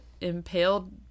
impaled